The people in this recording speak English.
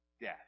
death